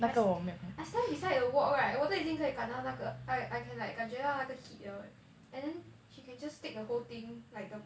I I stand beside the wok right 我都已经可以感到那个 I I can like 感觉到那个 heat liao leh and then she can just take the whole thing like the